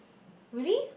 really